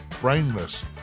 brainless